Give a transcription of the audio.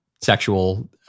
sexual